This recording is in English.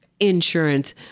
insurance